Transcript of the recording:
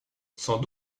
sans